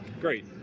great